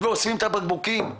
ואוספים את הבקבוקים.